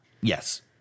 Yes